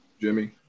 Jimmy